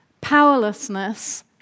Powerlessness